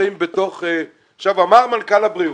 מזמן אמר מנכ"ל הבריאות,